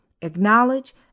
acknowledge